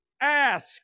Ask